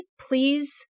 please